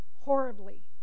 horribly